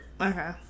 Okay